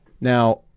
Now